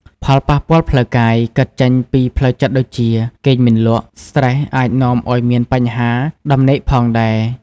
ផលប៉ះពាល់ផ្លូវកាយ កើតចេញពីផ្លូវចិត្តដូចជា គេងមិនលក់ ស្ត្រេសអាចនាំឲ្យមានបញ្ហាដំណេកផងដែរ ។